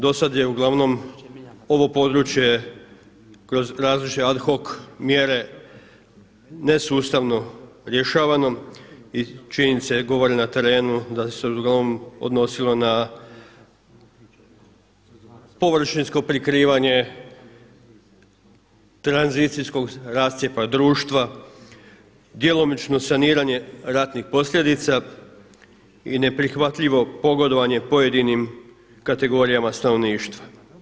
Do sada je uglavnom ovo područje kroz različite ad hoc mjere nesustavno rješavano i činjenice govore na terenu da su o ovom odnosilo na površinsko prikrivanje tranzicijskog rascjepa društva, djelomično saniranje ratnih posljedica i neprihvatljivo pogodovanje pojedinim kategorijama stanovništva.